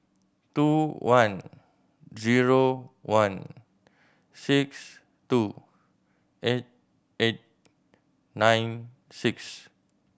two one zero one six two eight eight nine six